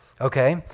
Okay